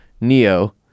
Neo